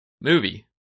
Movie